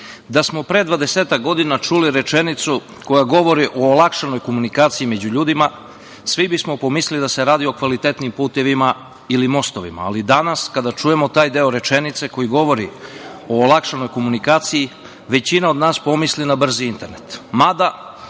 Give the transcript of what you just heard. da smo pre dvadesetak godina čuli rečenicu koja govori o olakšanoj komunikaciji među ljudima svi bismo pomislili da se radi o kvalitetnim putevima ili mostovima, ali danas kada čujemo taj deo rečenice koji govori o olakšanoj komunikaciji većina nas pomisli na brz internet. Mada,